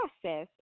process